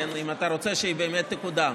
אם אתה רוצה שהיא באמת תקודם,